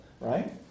right